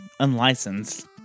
Unlicensed